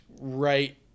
right